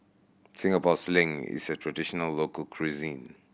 Singapore Sling is a traditional local cuisine